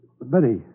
Betty